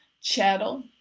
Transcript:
chattel